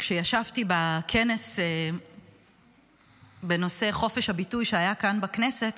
כשישבתי בכנס בנושא חופש הביטוי שהיה כאן בכנסת